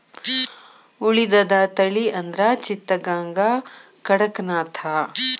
ಉಳಿದದ ತಳಿ ಅಂದ್ರ ಚಿತ್ತಗಾಂಗ, ಕಡಕನಾಥ